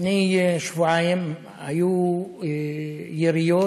לפני שבועיים היו יריות,